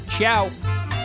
Ciao